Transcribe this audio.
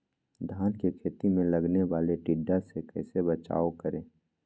धान के खेत मे लगने वाले टिड्डा से कैसे बचाओ करें?